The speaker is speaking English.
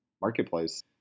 marketplace